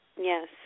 Yes